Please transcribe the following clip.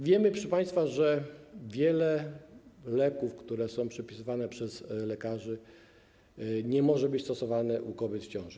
Wiemy, proszę państwa, że wiele leków, które są przepisywane przez lekarzy, nie może być stosowanych u kobiet w ciąży.